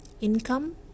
income